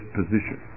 position